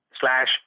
slash